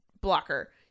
blocker